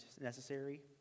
necessary